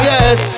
Yes